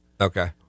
Okay